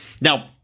Now